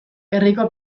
herriko